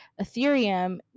ethereum